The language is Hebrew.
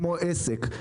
כמו עסק.